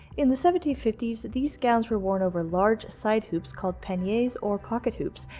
in the seventeen fifty s, these gowns were worn over large side hoops called paniers or pocket hoops,